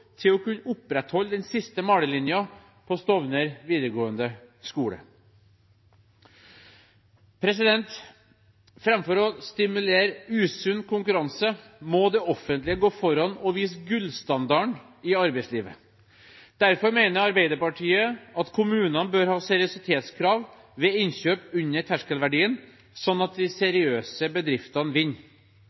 til å kunne opprettholde den siste malerlinjen på Stovner videregående skole. Framfor å stimulere usunn konkurranse må det offentlige gå foran og vise gullstandarden i arbeidslivet. Derfor mener Arbeiderpartiet at kommunene bør ha seriøsitetskrav ved innkjøp under terskelverdien, slik at de seriøse bedriftene vinner.